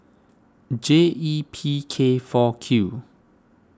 J E P K four Q